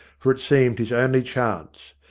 for it seemed his only chance.